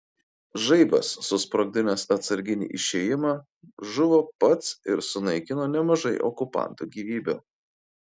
žaibas susprogdinęs atsarginį išėjimą žuvo pats ir sunaikino nemažai okupantų gyvybių